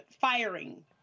firing